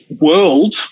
world